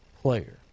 player